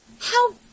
How